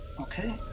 Okay